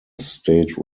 state